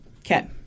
Okay